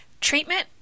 Treatment